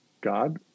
God